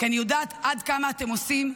כי אני יודעת עד כמה אתם עושים.